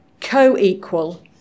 co-equal